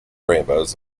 rainbows